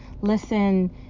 listen